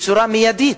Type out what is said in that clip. בצורה מיידית,